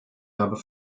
habe